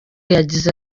yagize